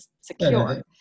secure